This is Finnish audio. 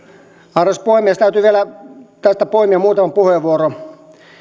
arvoisa puhemies täytyy vielä tästä poimia muutama puheenvuoro